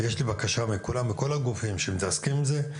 יש לי בקשה מכל הגופים שמתעסקים בזה,